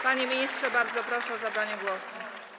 Panie ministrze, bardzo proszę o zabranie głosu.